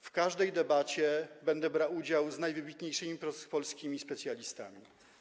W każdej debacie będę brał udział wraz z najwybitniejszymi polskimi specjalistami.